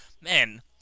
Man